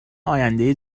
آینده